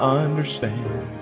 understand